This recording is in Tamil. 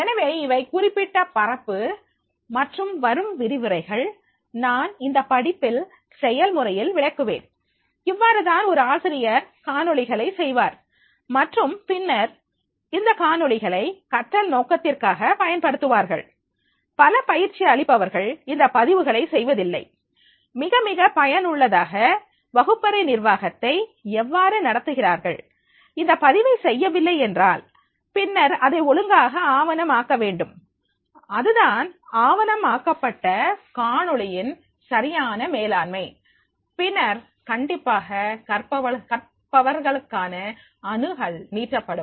எனவே இவை குறிப்பிட்ட பரப்பு மற்றும் வரும் விரிவுரைகள் நான் இந்த படிப்பில் செயல்முறையில் விளக்குவேன் இவ்வாறுதான் ஒரு ஆசிரியர் காணொளிகளை செய்வார் மற்றும் பின்னர் இந்த காணொளிகளை கற்றல் நோக்கத்திற்காக பயன்படுத்துவார்கள் பல பயிற்சி அளிப்பவர்கள் இந்த பதிவுகளை செய்வதில்லை மிகமிக பயனுள்ளதாக வகுப்பறை நிர்வாகத்தை எவ்வாறு நடத்துகிறார்கள் இந்த பதிவை செய்யவில்லை என்றால் பின்னர் அதை ஒழுங்காக ஆவணம் ஆக்க வேண்டும் அதுதான் ஆவணம் ஆக்கப்பட்ட காணொளியின் சரியான மேலாண்மை பின்னர் கண்டிப்பாக கற்பவர்களுக்கான அணுகல் நீட்டப்படும்